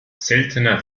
seltener